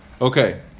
Okay